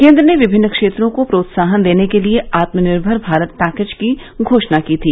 केन्द्र ने विमिन्न क्षेत्रों को प्रोत्साहन देने के लिए आत्मानिर्मर भारत पैकेज की घोषणा की थी